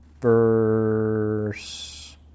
Verse